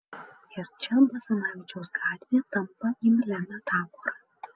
ir čia basanavičiaus gatvė tampa imlia metafora